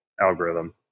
algorithm